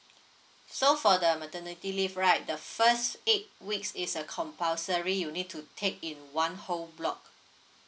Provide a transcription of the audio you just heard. so for the maternity leave right the first eight weeks is a compulsory you need to take in one whole block